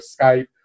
Skype